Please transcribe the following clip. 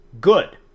good